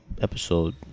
episode